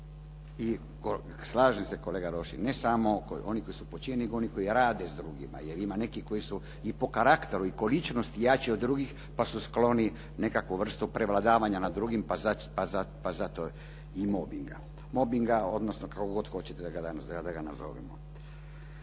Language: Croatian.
I slažem se, kolega Rošin, ne samo oni koji su počinjeni nego oni koji rade s drugima jer ima nekih koji su i po karakteru i kao ličnost jači od drugih pa su skloni nekakvoj vrsti prevladavanja nad drugim pa zato i mobinga, mobinga odnosno kako god hoćete da ga nazovemo.